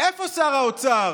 איפה שר האוצר,